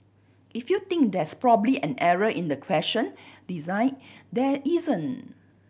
if you think there's probably an error in the question design there isn't